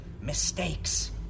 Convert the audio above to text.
mistakes